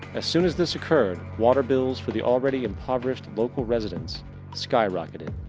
as soon as this occured waterbills for the allready impoverished local residents skyrocketed.